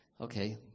Okay